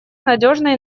надежной